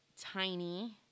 tiny